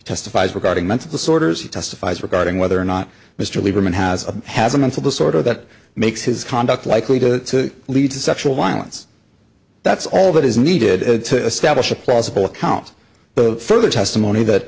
testifies regarding months of the sorters testifies regarding whether or not mr lieberman has a has a mental disorder that makes his conduct likely to lead to sexual violence that's all that is needed to establish a plausible account of further testimony that